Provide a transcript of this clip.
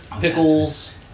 pickles